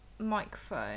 microphone